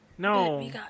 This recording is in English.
No